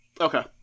Okay